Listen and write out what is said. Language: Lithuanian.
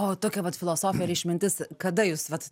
o tokia vat filosofija ir išmintis kada jūs vat